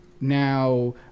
now